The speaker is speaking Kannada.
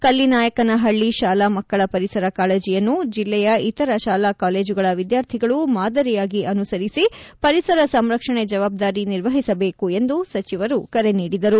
ಕಲ್ಲಿನಾಯಕನಹಳ್ಳಿ ಶಾಲಾ ಮಕ್ಕಳ ಪರಿಸರ ಕಾಳಜಿಯನ್ನು ಜಿಲ್ಲೆಯ ಇತರ ಶಾಲಾ ಕಾಲೇಜುಗಳ ವಿದ್ಯಾರ್ಥಿಗಳೂ ಮಾದರಿಯಾಗಿ ಅನುಸರಿಸಿ ಪರಿಸರ ಸಂರಕ್ಷಣೆ ಜವಾಬ್ದಾರಿ ನಿರ್ವಹಿಸಬೇಕು ಎಂದು ಸಚಿವರು ಕರೆ ನೀಡಿದರು